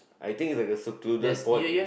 I think it's like a secluded pond in